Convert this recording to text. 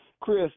Chris